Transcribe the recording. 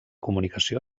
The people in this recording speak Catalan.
comunicació